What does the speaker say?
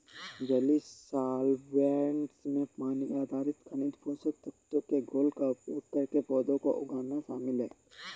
जलीय सॉल्वैंट्स में पानी आधारित खनिज पोषक तत्वों के घोल का उपयोग करके पौधों को उगाना शामिल है